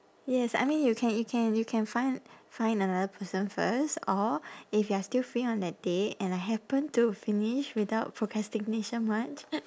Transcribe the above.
yes I mean you can you can you can find find another person first or if you are still free on that day and I happen to finish without procrastination much